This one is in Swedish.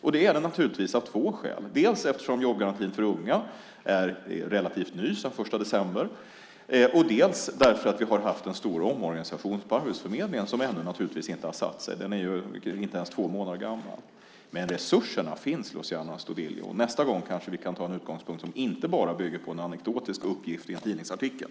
Och det är det naturligtvis av två skäl: dels därför att jobbgarantin för unga är relativt ny och har funnits sedan den 1 december, dels därför att vi har haft en stor omorganisation på Arbetsförmedlingen som naturligtvis ännu inte har satt sig. Den är inte ens två månader gammal. Men resurserna finns, Luciano Astudillo. Nästa gång kanske vi kan ta en utgångspunkt som inte bara bygger på en anekdotisk uppgift i en tidningsartikel.